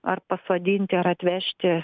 ar pasodinti ar atvežti